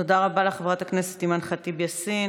תודה רבה לך, חברת הכנסת אימאן ח'טיב יאסין.